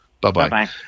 Bye-bye